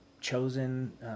chosen